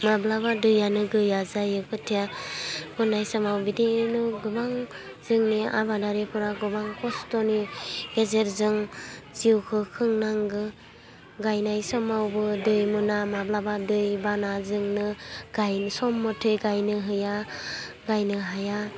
माब्लाबा दैयानो गैया जायो खोथिया फुनाय समाव बिदिनो गोबां जोंनि आबादारिफ्रा गोबां खस्थ'नि गेजेरजों जिउखौ खुंनांगौ गायनाय समावबो दै मोना माब्लाबा दै बानाजोंनो गायनो सम मथे गायनो हैया गायनो हाया